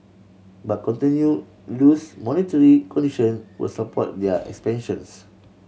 but continue loose monetary condition will support their expansions